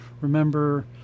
remember